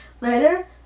Later